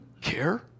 care